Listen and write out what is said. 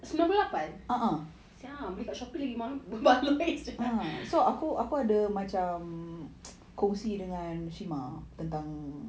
sembilan puluh lapan siak ah beli kat shopee lagi berbaloi